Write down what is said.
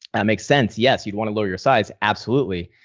that makes sense. yes, you want to lower your size, absolutely.